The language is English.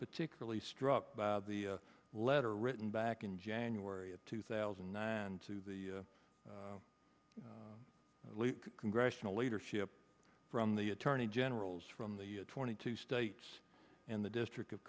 particularly struck by the letter written back in january of two thousand and nine to the late congressional leadership from the attorney generals from the twenty two states and the district of